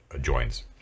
joins